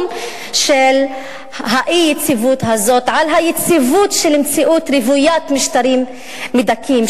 של האי-יציבות הזאת על היציבות של מציאות רוויית משטרים מדכאים,